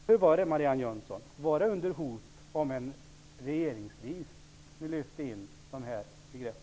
Hur var det, Marianne Jönsson, var det under hot om en regeringskris som ni lyfte in dessa begrepp?